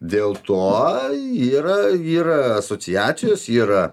dėl to yra yra asociacijos yra